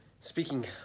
speaking